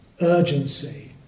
urgency